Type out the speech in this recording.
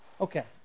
Okay